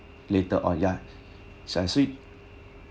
later or ya so